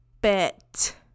Bet